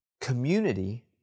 community